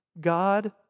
God